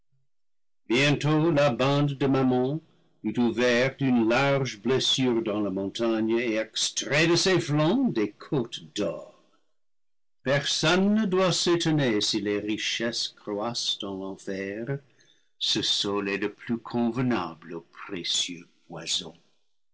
bientôt la bande de mammon eut ouvert une large blessure dans la montagne et extrait de ses flancs des côtes d'or personne ne doit s'étonner si les richesses croissent dans l'enfer ce sol est le plus convenable au précieux poison